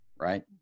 right